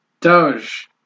Doge